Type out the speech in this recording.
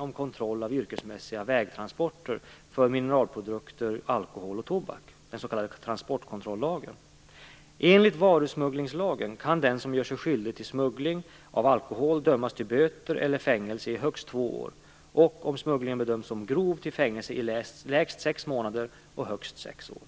om kontroll av yrkesmässiga vägtransporter av mineraloljeprodukter, alkohol och tobak, den s.k. transportkontrollagen. Enligt varusmugglingslagen kan den som gör sig skyldig till smuggling av alkohol dömas till böter eller fängelse i högst två år och, om smugglingen bedöms som grov, till fängelse i lägst sex månader och högst sex år.